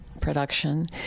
production